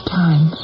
time